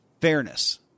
fairness